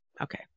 okay